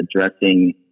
addressing